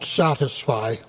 satisfy